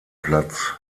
platz